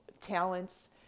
talents